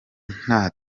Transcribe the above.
nta